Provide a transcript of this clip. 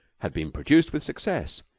had been produced with success.